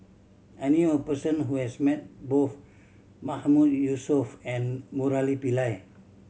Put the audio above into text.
I knew a person who has met both Mahmood Yusof and Murali Pillai